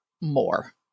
more